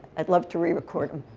i'd love to rerecord them.